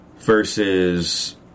versus